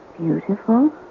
beautiful